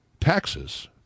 taxes